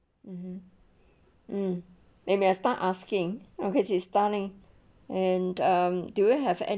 mmhmm mm let me start asking oh cause it's starting and um do you have a~